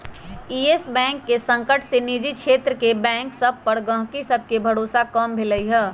इयस Bank के संकट से निजी क्षेत्र के बैंक सभ पर गहकी सभके भरोसा कम भेलइ ह